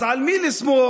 אז על מי נסמוך?